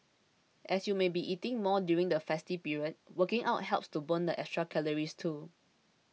as you may be eating more during the festive period working out helps to burn the extra calories too